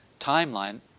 timeline